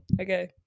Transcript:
Okay